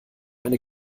eine